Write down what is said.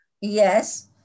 Yes